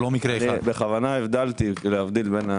בכוונה הבדלתי, להבדיל.